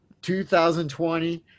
2020